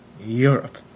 Europe